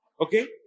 Okay